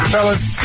Fellas